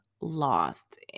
lost